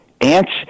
Ants